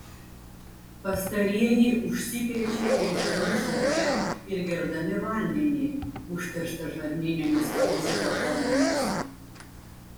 pastarieji užsikrečia ėsdami žolę ir gerdami vandenį užterštą žarninėmis parazito formomis